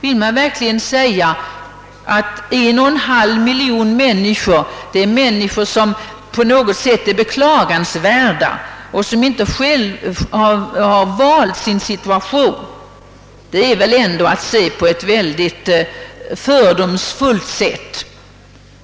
Vill man verkligen säga, att 1,5 miljoner människor är sådana som på något sätt är beklagansvärda och inte själva har valt sin situation? Det är väl ändå att betrakta problemet på ett fördomsfullt sätt.